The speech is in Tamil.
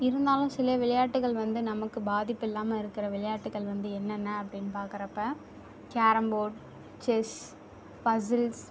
இருந்தாலும் சில விளையாட்டுகள் வந்து நமக்கு பாதிப்பில்லாமல் இருக்கிற விளையாட்டுகள் வந்து என்னென்ன அப்படின்னு பார்க்கறப்ப கேரம்போர்ட் செஸ் பசில்ஸ்